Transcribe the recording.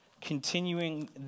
continuing